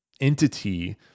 entity